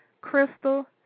Crystal